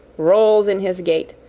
rolls in his gait,